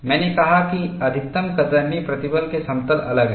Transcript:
मैंने कहा कि अधिकतम कतरनी प्रतिबल के समतल अलग हैं